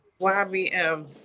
YBM